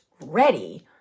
ready